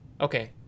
Okay